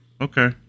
okay